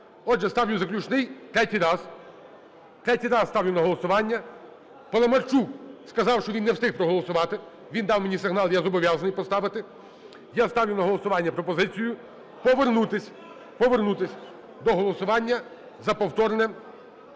Отже, ставлю заключний, третій раз. Третій раз ставлю на голосування. Паламарчук сказав, що він не встиг проголосувати, він дав мені сигнал, я зобов'язаний поставити. Я ставлю на голосування пропозицію повернутись, повернутись до голосування за повторне